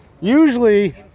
usually